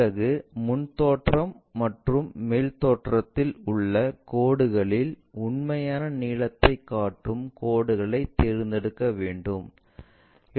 பிறகு முன் தோற்றம் மற்றும் மேல் தோற்றத்தில் உள்ள கோடுகளில் உண்மையான நீளத்தை காட்டும் கோடுகளை தேர்ந்தெடுக்க வேண்டும்